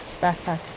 backpack